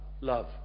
love